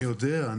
אני יודע.